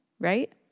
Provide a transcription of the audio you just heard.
Right